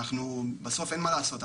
בסוף אין מה לעשות,